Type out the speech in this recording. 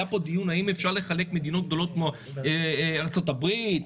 האם אפשר לחלק מדינות גדולות כמו ארצות הברית,